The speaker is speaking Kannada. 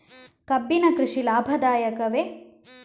ಕಬ್ಬಿನ ಕೃಷಿ ಲಾಭದಾಯಕವೇ?